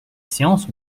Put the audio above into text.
séance